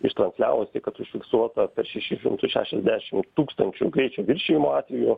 ištransliavusi kad užfiksuota per šešis šimtus šešiasdešim tūkstančių greičio viršijimo atvejų